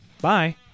Bye